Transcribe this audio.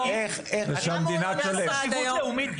למה הוא לא נעשה עד היום?